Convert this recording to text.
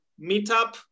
meetup